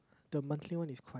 the monthly one is